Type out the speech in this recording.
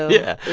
yeah.